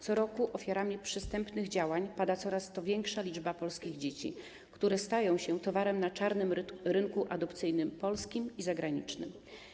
Co roku ofiarami przystępnych działań pada coraz to większa liczba polskich dzieci, które stają się towarem na czarnym rynku adopcyjnym polskim i zagranicznym.